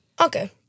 Okay